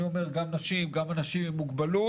אני אומר גם נשים, גם אנשים עם מוגבלות.